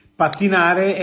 pattinare